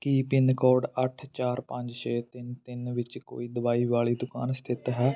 ਕੀ pin code ਅੱਠ ਚਾਰ ਪੰਜ ਛੇ ਤਿੰਨ ਤਿੰਨ ਵਿੱਚ ਕੋਈ ਦਵਾਈ ਵਾਲੀ ਦੁਕਾਨ ਸਥਿਤ ਹੈ